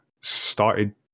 started